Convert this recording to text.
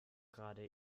gerade